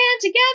together